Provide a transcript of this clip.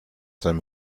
deinem